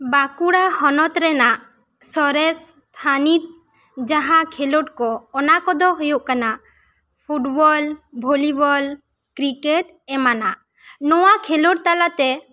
ᱵᱟᱸᱠᱩᱲᱟ ᱦᱚᱱᱚᱛ ᱨᱮᱱᱟᱜ ᱥᱚᱨᱮᱥ ᱛᱷᱟᱱᱤᱛ ᱢᱟᱦᱟ ᱠᱷᱮᱞᱚᱰ ᱠᱚ ᱚᱱᱟ ᱠᱚᱫᱚ ᱦᱩᱭᱩᱜ ᱠᱟᱱᱟ ᱯᱷᱩᱴᱵᱚᱞ ᱵᱷᱚᱞᱤᱵᱚᱞ ᱠᱨᱤᱠᱮᱴ ᱮᱢᱟᱱᱟᱜ ᱱᱚᱣᱟ ᱠᱷᱮᱞᱚᱰ ᱛᱟᱞᱟ ᱛᱮ